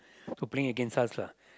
so playing against us lah